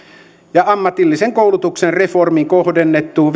ja ammatillisen koulutuksen reformiin kohdennettu